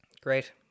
Great